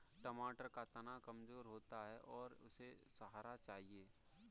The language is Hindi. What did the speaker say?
टमाटर का तना कमजोर होता है और उसे सहारा चाहिए